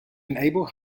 enable